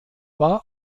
war